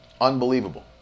Unbelievable